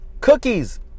Cookies